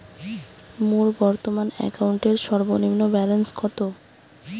মোর বর্তমান অ্যাকাউন্টের সর্বনিম্ন ব্যালেন্স কত?